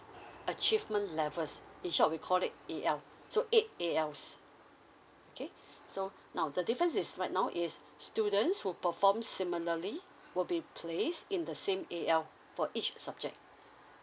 achievement levels in short we call it A_L so eight A_L okay so now the difference is right now is students who performs similarly will be place in the same A_L for each subject